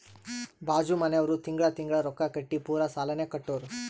ಬಾಜು ಮನ್ಯಾವ್ರು ತಿಂಗಳಾ ತಿಂಗಳಾ ರೊಕ್ಕಾ ಕಟ್ಟಿ ಪೂರಾ ಸಾಲಾನೇ ಕಟ್ಟುರ್